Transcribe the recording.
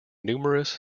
numerous